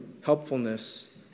helpfulness